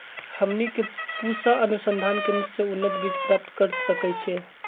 हमनी के पूसा अनुसंधान केंद्र से उन्नत बीज प्राप्त कर सकैछे?